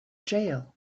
jail